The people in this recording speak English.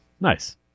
Nice